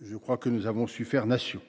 Nous avons su faire nation.